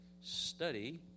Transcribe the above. study